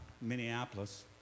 Minneapolis